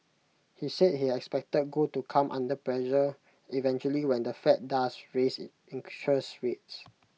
he said he expected gold to come under pressure eventually when the fed does raise interest rates